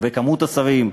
ומספר השרים.